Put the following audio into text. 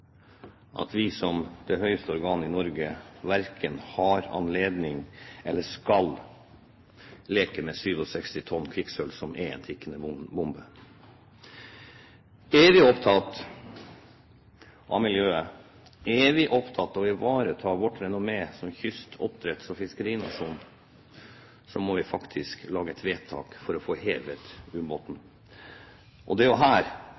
at vi som det høyeste organ i Norge verken har anledning til eller skal leke med 67 tonn kvikksølv, som er en tikkende bombe. Er vi opptatt av miljøet, er vi opptatt av å ivareta vårt renommé som kyst-, oppdretts- og fiskerinasjon, må vi faktisk gjøre et vedtak for å få hevet ubåten. Det er jo her